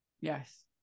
Yes